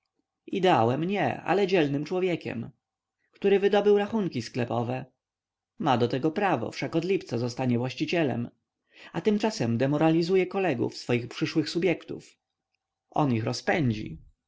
ideałem nie ale dzielnym człowiekiem który wydobył rachunki sklepowe ma do tego prawo wszak od lipca zostastaniezostanie właścicielem a tymczasem demoralizuje kolegów swoich przyszłych subjektów on ich rozpędzi